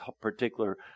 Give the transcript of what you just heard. particular